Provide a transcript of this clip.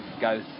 guys